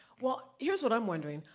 well, here's what i'm wondering.